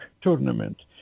tournament